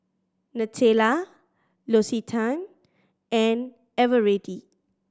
Nutella L'Occitane and Eveready